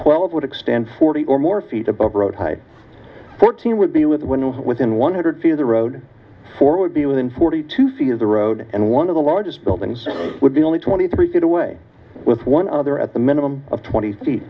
twelve would expand forty or more feet above road height fourteen would be with within one hundred feet of the road for would be within forty two feet of the road and one of the largest buildings would be only twenty three feet away with one other at the minimum of twenty feet